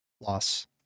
loss